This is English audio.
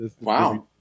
Wow